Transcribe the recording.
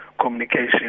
communication